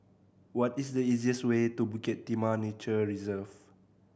what is the easiest way to Bukit Timah Nature Reserve